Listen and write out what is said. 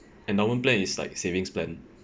endowment plan is like savings plan